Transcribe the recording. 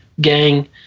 gang